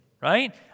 Right